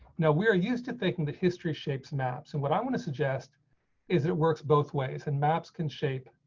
now we are used to thinking the history shapes maps. and what i'm going to suggest is, it works both ways and maps can shape.